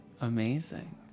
Amazing